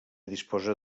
disposa